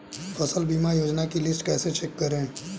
फसल बीमा योजना की लिस्ट कैसे चेक करें?